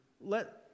let